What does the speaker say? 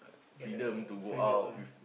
get a freedom ah